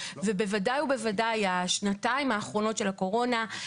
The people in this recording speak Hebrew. בוודאי ובוודאי השנתיים האחרונות של הקורונה,